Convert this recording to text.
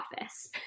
office